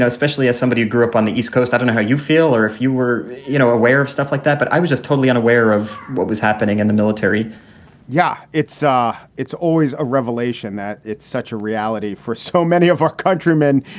especially as somebody who grew up on the east coast, i don't know how you feel or if you were you know aware of stuff like that, but i was just totally unaware of what was happening in the military yeah, it's it's always a revelation that it's such a reality for so many of our countrymen.